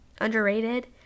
underrated